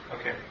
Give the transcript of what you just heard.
Okay